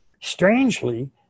Strangely